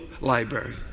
library